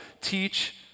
teach